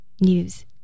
news